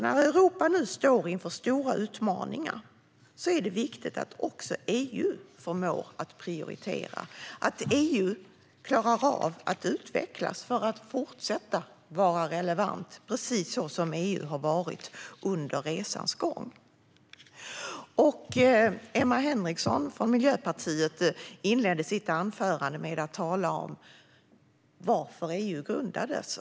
När Europa nu står inför stora utmaningar är det viktigt att också EU förmår att prioritera, att EU klarar av att utvecklas för att fortsätta vara relevant, precis så som EU har varit under resans gång. Emma Nohrén från Miljöpartiet inledde sitt anförande med att tala om varför EU grundades.